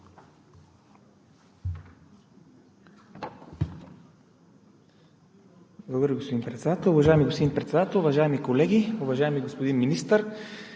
господин Председател. Уважаеми господин Председател, уважаеми колеги! Уважаеми господин Министър,